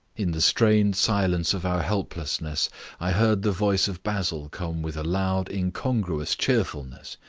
in the strained silence of our helplessness i heard the voice of basil come with a loud incongruous cheerfulness.